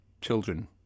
children